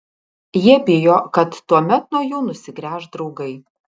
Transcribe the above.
jie bijo kad tuomet nuo jų nusigręš draugai